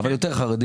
אבל יותר חרדים,